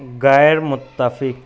غیر متفق